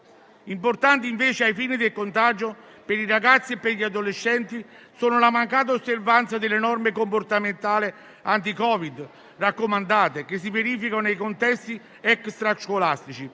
Importante, invece, ai fini del contagio per i ragazzi e per gli adolescenti è la mancata osservanza delle norme comportamentali anti-Covid raccomandate che si verificano nei contesti extrascolastici